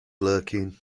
lurking